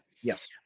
Yes